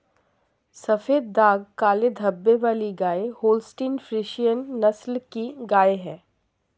सफेद दाग काले धब्बे वाली गाय होल्सटीन फ्रिसियन नस्ल की गाय हैं